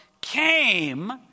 came